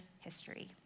history